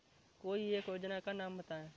कोई एक योजना का नाम बताएँ?